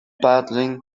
battling